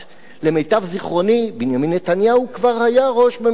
למיטב זיכרוני, בנימין נתניהו כבר היה ראש ממשלה,